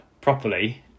properly